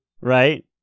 Right